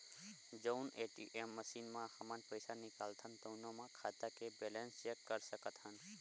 जउन ATM machine म हमन पइसा निकालथन तउनो म खाता के बेलेंस चेक कर सकत हन